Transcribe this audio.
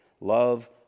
love